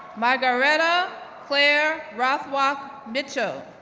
margaretta clare rothrock mitchell,